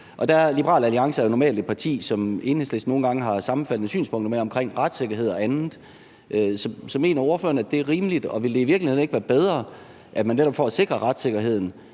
Liberal Alliance er jo normalt et parti, som Enhedslisten nogle gange har sammenfaldende synspunkter med omkring retssikkerhed og andet. Så mener ordføreren, at det er rimeligt? Og ville det i virkeligheden ikke være bedre, at man netop for at sikre retssikkerheden